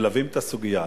מלווים את הסוגיה.